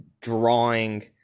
drawing